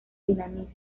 dinamismo